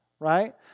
Right